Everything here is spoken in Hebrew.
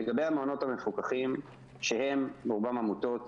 לגבי המעונות המפוקחים שהם רובם עמותות,